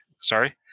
sorry